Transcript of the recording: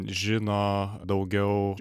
žino daugiau